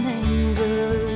anger